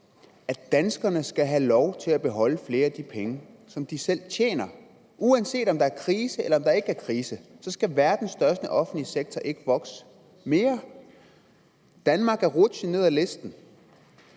at danskerne skal have lov til at beholde flere af de penge, som de selv tjener. Uanset om der er krise eller ej, så skal verdens største offentlige sektor ikke vokse mere. Danmark er rutsjet ned ad listen,